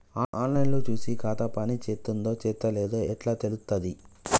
On line లో చూసి ఖాతా పనిచేత్తందో చేత్తలేదో ఎట్లా తెలుత్తది?